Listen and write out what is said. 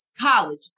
college